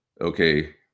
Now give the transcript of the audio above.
Okay